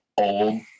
old